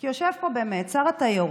כי יושב פה באמת שר התיירות,